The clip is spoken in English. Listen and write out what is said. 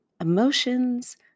Emotions